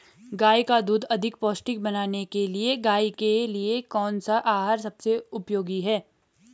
गाय का दूध अधिक पौष्टिक बनाने के लिए गाय के लिए कौन सा आहार सबसे उपयोगी है?